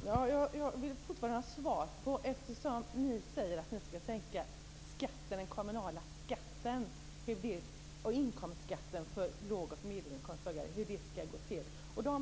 Fru talman! Jag vill fortfarande ha svar på min fråga. Ni säger att ni skall sänka den kommunala inkomstskatten för låg och medelinkomsttagarna. Hur skall det gå till? Göteborg